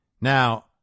Now